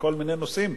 בכל מיני נושאים,